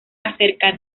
acerca